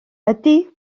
ydi